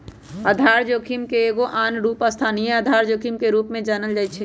आधार जोखिम के एगो आन रूप स्थानीय आधार जोखिम के रूप में जानल जाइ छै